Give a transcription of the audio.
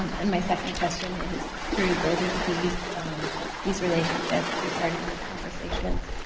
um and my second question is through building these these relationships and starting these conversations,